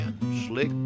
Slick